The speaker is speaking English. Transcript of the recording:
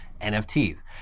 NFTs